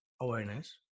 awareness